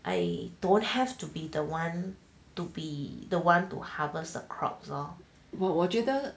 I don't have to be the one to be the one to harvest the crops lor